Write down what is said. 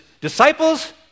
Disciples